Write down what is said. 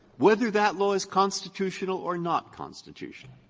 whether that law is constitutional or not constitutional,